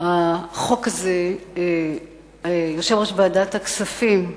החוק הזה, יושב-ראש ועדת הכספים,